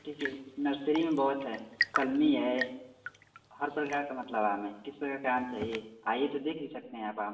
देखिए नर्सरी में बहुत है कलमी है हर प्रकार का मतलब आम है किस प्रकार का आम चाहिए आइए तो देख भी सकते हैं आप आम